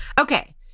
Okay